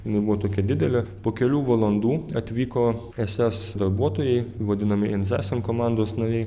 jinai buvo tokia didelė po kelių valandų atvyko es es darbuotojai vadinami einsatzen komandos nariai